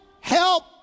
help